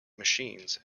machines